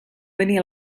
venia